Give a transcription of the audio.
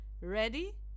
Ready